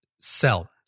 sell